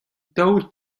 daou